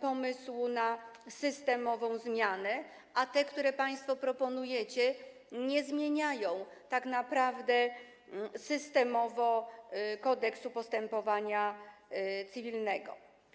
pomysłu na systemową zmianę, a te, które państwo proponujecie, tak naprawdę nie zmieniają systemowo Kodeksu postępowania cywilnego.